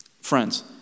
Friends